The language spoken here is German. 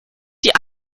die